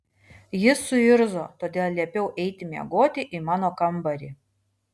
jis suirzo todėl liepiau eiti miegoti į mano kambarį